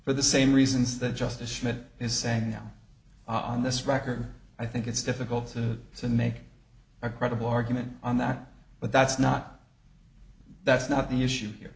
for the same reasons that justice schmidt is saying now on this record i think it's difficult to make a credible argument on that but that's not that's not the issue here